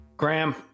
Graham